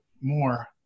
more